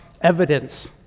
evidence